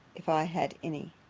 if i had any.